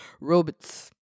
Robots